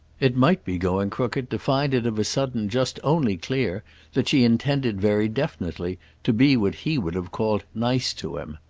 it might be going crooked to find it of a sudden just only clear that she intended very definitely to be what he would have called nice to him.